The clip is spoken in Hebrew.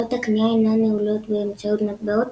ועגלות הקניה אינן נעולות באמצעות מטבעות,